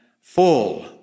full